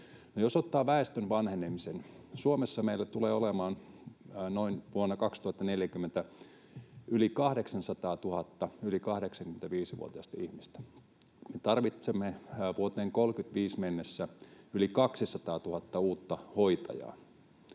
jos ottaa väestön vanhenemisen, niin Suomessa meillä tulee olemaan vuonna 2040 yli 800 000 yli 85-vuotiasta ihmistä. Tarvitsemme vuoteen 35 mennessä yli 200 000 uutta hoitajaa.